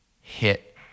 hit